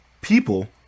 people